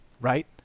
right